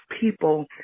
people